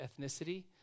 ethnicity